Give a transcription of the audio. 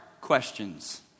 questions